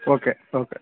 okay okay